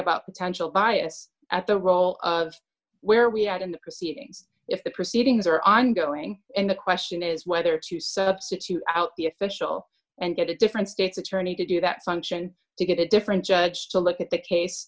about potential bias at the role where we had in the proceedings if the proceedings are ongoing and the question is whether to substitute out the official and get a different state's attorney to do that function to get a different judge to look at the case